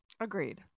Agreed